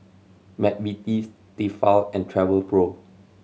McVitie's Tefal and Travelpro